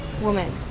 woman